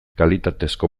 kalitatezko